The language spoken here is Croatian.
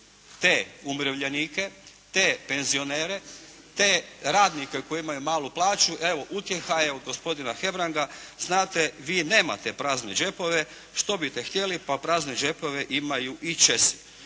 te umirovljenike, te penzionere, te radnike koji imaju malu plaću evo utjeha je od gospodina Hebranga znate vi nemate prazne đepove, što biste htjeli, pa prazne đepove imaju i Česi.